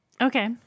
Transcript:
Okay